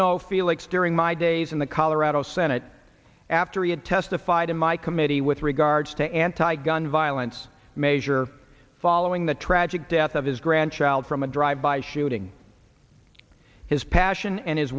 know felix during my days in the colorado senate after he had testified in my committee with regards to anti gun violence measure following the tragic death of his grandchild from a drive by shooting his passion and his